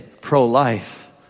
pro-life